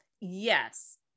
Yes